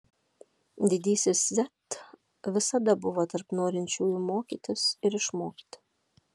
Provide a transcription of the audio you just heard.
didysis z visada buvo tarp norinčiųjų mokytis ir išmokti